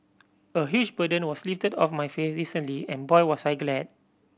a huge burden was lifted off my face recently and boy was I glad